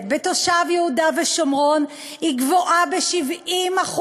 בתושב יהודה ושומרון גבוהה ב-70%,